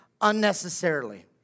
unnecessarily